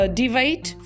divide